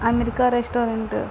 America restaurant